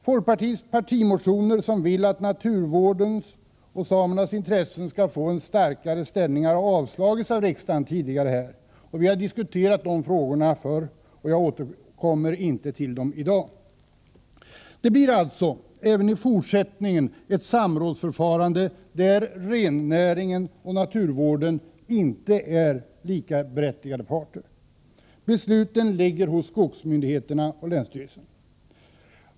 Folkpartiets partimotioner, där vi vill att naturvårdens och samernas intressen skall få en starkare ställning, har avslagits av riksdagen tidigare. Vi har diskuterat de frågorna förr, och jag återkommer inte till dem i dag. Det blir alltså även i fortsättningen ett samrådsförfarande, där rennäringen och naturvården inte är likaberättigade parter. Besluten ligger hos skogs myndigheterna och länsstyrelsen.